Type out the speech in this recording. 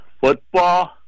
football